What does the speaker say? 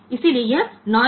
તેથી તે નોઇઝ હતો